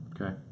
Okay